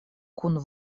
kun